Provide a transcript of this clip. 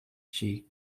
she